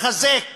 ותחזק